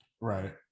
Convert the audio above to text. Right